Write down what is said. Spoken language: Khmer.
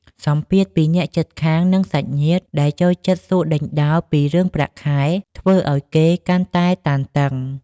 សម្ពាធពីអ្នកជិតខាង និងសាច់ញាតិដែលចូលចិត្តសួរដេញដោលពីរឿងប្រាក់ខែ ធ្វើឱ្យគេកាន់តែតានតឹង។